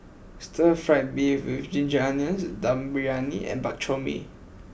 Stir Fried Beef with Ginger Onions Dum Briyani and Bak Chor Mee